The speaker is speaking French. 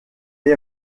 est